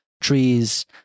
trees